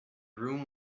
room